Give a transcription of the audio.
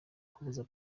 kubuza